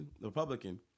Republican